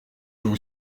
vous